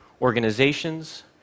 organizations